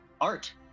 art